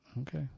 Okay